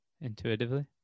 intuitively